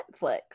Netflix